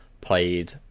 played